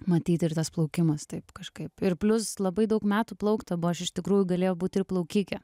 matyt ir tas plaukimas taip kažkaip ir plius labai daug metų plaukta buvo aš iš tikrųjų galėjau būti ir plaukike